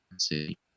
see